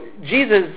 Jesus